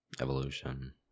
evolution